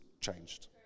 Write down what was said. changed